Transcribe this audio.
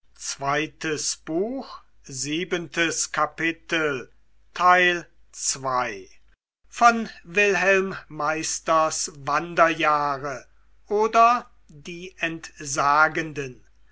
goethe wilhelm meisters wanderjahre oder die entsagenden